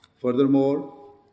Furthermore